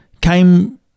came –